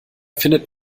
findet